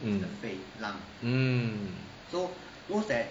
mm mm